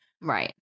Right